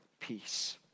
peace